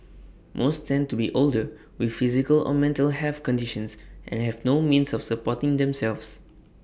most tend to be older with physical or mental health conditions and have no means of supporting themselves